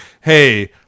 hey